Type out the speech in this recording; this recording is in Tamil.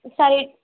சரி